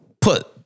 Put